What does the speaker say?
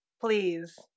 Please